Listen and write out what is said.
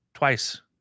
twice